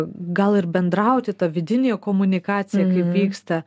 gal ir bendrauti ta vidinė komunikacija kaip vyksta